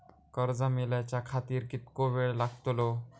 कर्ज मेलाच्या खातिर कीतको वेळ लागतलो?